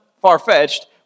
far-fetched